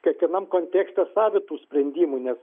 kiekvienam kontekste savitų sprendimų nes